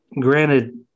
granted